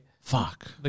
Fuck